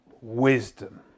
wisdom